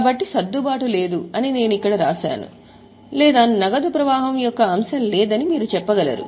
కాబట్టి సర్దుబాటు లేదు అని నేను ఇక్కడ వ్రాశాను లేదా నగదు ప్రవాహం యొక్క అంశం లేదని మీరు చెప్పగలరు